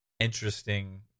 interesting